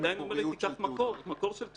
הפלטפורמות חייבות